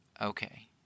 Okay